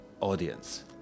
audience